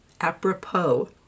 apropos